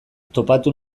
topatu